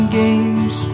games